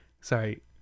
Sorry